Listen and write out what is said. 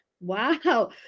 Wow